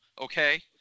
okay